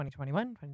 2021